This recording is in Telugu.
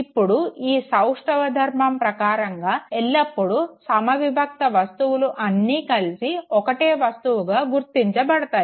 ఇప్పుడు ఈ సౌష్టవ ధర్మం ప్రకారంగా ఎల్లప్పుడు సమవిభక్త వస్తువులు అన్నీ కలిసి ఒక్కటే వస్తువుగా గుర్తించబడతాయి